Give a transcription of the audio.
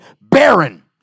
barren